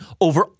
over